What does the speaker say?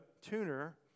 tuner